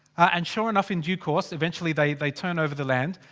and sure enough in due course, eventually they they turn over the land.